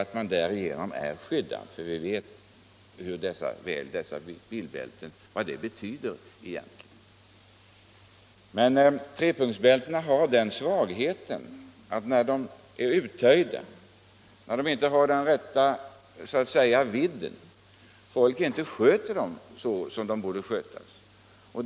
Trepunktsbältena har den svagheten att det kan uppstå onödiga skador vid kollisioner — genom att bältena är uttöjda och inte har den rätta vidden, genom att folk inte sköter dem som de borde skötas.